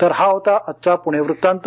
तर हा होता आजचा पुणे वृत्तांत